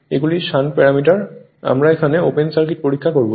এগুলি shunt parameter আমরা এখানে ওপেন সার্কিট পরীক্ষা করব